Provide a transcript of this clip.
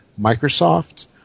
Microsoft